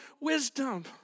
wisdom